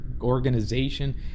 organization